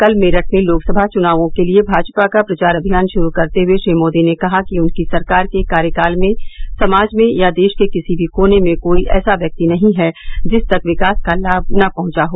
कल मेरठ में लोकसभा चुनावों के लिए भाजपा का प्रचार अभियान शुरू करते हुए श्री मोदी ने कहा कि उनकी सरकार के कार्यकाल में समाज में या देश र्क किसी भी कोने में कोई ऐसा व्यक्ति नहीं है जिस तक विकास का लाभ न पहुंचा हो